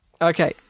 okay